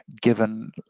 given